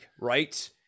right